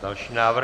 Další návrh.